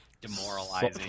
demoralizing